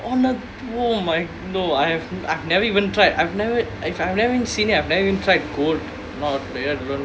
oh my !wow! my no I have I've never even tried I've never if I haven't seen it I've never even tried gold